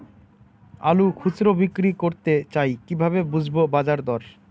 আলু খুচরো বিক্রি করতে চাই কিভাবে বুঝবো বাজার দর?